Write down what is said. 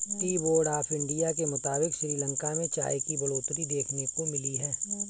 T board of India के मुताबिक़ श्रीलंका में चाय की बढ़ोतरी देखने को मिली है